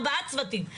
ארבעה צוותים,